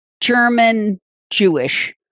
German-Jewish